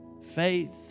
faith